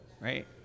Right